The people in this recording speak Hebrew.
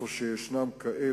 במקום שיש כאלה,